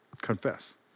Confess